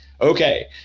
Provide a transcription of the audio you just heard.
Okay